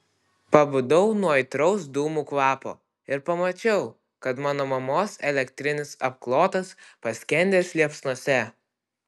pabudau nuo aitraus dūmų kvapo ir pamačiau kad mano mamos elektrinis apklotas paskendęs liepsnose